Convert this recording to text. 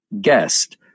guest